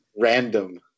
random